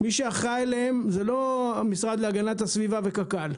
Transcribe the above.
מי שאחראי עליהם זה לא המשרד להגנת הסביבה וקק"ל,